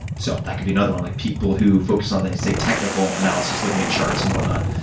so um that can be another one, like people who focus on they say technical analysis, looking at charts and whatnot.